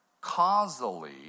causally